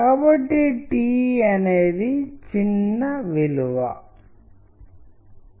కాబట్టి ఇక్కడ అర్థాలు చాలా భిన్నంగా ఉంటాయి